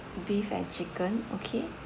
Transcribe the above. beef and chicken okay